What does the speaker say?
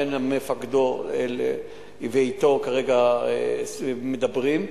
הוא ומפקדו כרגע מדברים,